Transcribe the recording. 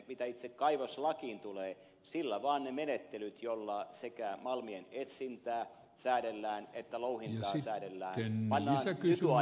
mitä itse kaivoslakiin tulee sillä vaan ne menettelyt joilla sekä malmien etsintää että louhintaa säädellään pannaan nykyaikaiseen muottiin